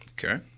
Okay